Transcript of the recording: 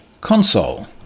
console